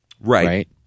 Right